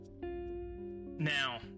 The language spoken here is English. Now